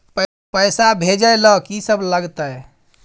पैसा भेजै ल की सब लगतै?